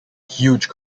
huge